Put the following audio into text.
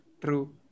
True